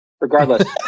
regardless